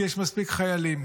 כי יש מספיק חיילים.